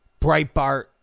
Breitbart